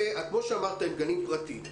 כמו שאמרת הם פרטיים.